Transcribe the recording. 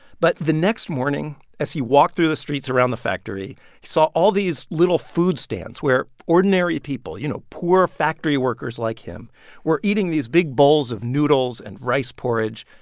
but the next morning, as he walked through the streets around the factory, he saw all these little food stands where ordinary people you know, poor factory workers like him were eating these big bowls of noodles and rice porridge.